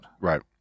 Right